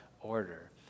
order